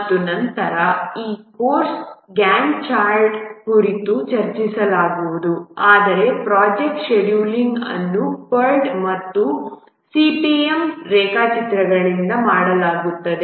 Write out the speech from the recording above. ಮತ್ತು ನಂತರ ಈ ಕೋರ್ಸ್ನಲ್ಲಿ ಗ್ಯಾಂಟ್ ಚಾರ್ಟ್ಕುರಿತು ಚರ್ಚಿಸಲಾಗುವುದು ಆದರೆ ಪ್ರೊಜೆಕ್ಟ್ ಶೆಡ್ಯೂಲಿಂಗ್ ಅನ್ನು PERT ಮತ್ತು CPM ರೇಖಾಚಿತ್ರಗಳಿಂದ ಮಾಡಲಾಗುತ್ತದೆ